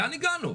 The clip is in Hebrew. לאן הגענו?